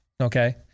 Okay